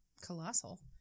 colossal